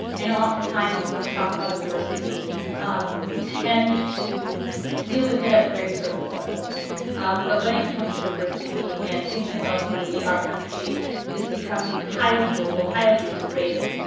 i know oftentimes when we talk um diversity um we tend to deal with it at a very surface level um but when it comes to diversity and thinking about the way our country is becoming highly global, highly integrated,